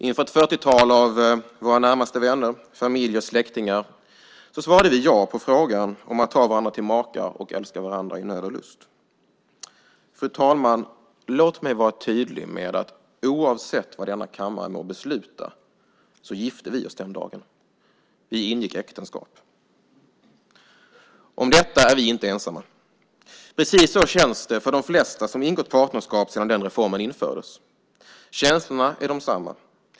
Inför ett 40-tal av våra närmaste vänner, familj och släktingar svarade vi ja på frågan om att ta varandra till makar och älska varandra i nöd och lust. Fru talman! Låt mig vara tydlig med att oavsett vad denna kammare må besluta gifte vi oss den dagen. Vi ingick äktenskap. Om detta är vi inte ensamma. Precis så känns det för de flesta som har ingått partnerskap sedan den reformen infördes. Känslorna är desamma.